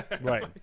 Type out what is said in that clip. Right